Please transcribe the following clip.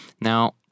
Now